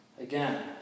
Again